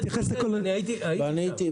אני אתייחס לכל --- אני הייתי שם.